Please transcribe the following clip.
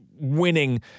winning